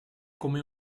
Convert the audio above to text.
come